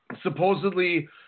Supposedly